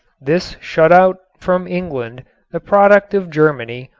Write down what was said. this shut out from england the product of germany,